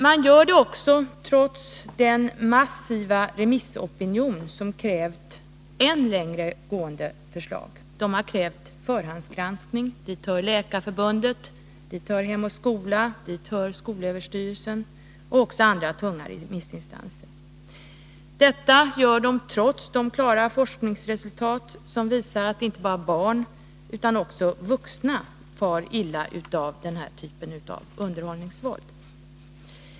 Man gör det också trots den massiva remissopinion som krävt än längre gående åtgärder, t.ex. förhandsgranskning. Till denna opinion hör Läkarförbundet, Hem och Skola, skolöverstyrelsen och andra tunga remissinstanser. Detta gör moderaterna trots de klara forskningsresultat som visar att inte bara barn utan också vuxna far illa av denna typ av underhållningsvåld.